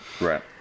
Right